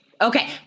Okay